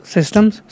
Systems